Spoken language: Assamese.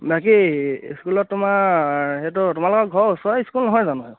বাকী স্কুলত তোমাৰ সেইটো তোমালোকৰ ঘৰ ওচৰে স্কুল নহয় জানো সেইখন